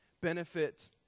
benefit